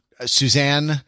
Suzanne